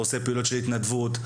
ועושה פעולות של התנדבות,